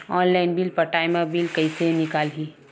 Online bill पटाय मा bill कइसे निकलही?